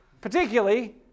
particularly